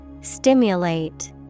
Stimulate